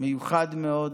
מיוחד מאוד.